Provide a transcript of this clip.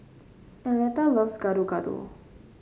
Arletta loves Gado Gado